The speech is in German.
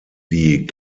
wie